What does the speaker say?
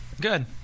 Good